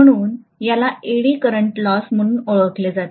म्हणून याला eddy current loss म्हणून ओळखले जाते